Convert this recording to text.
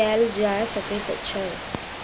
कैल जाय सकैत अछि?